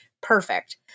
perfect